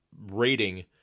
rating